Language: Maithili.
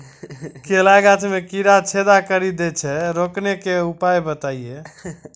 केला गाछ मे कीड़ा छेदा कड़ी दे छ रोकने के उपाय बताइए?